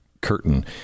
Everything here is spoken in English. curtain